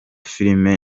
filime